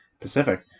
Pacific